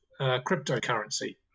cryptocurrency